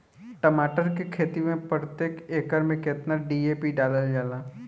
टमाटर के खेती मे प्रतेक एकड़ में केतना डी.ए.पी डालल जाला?